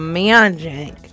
magic